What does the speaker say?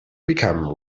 become